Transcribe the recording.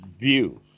view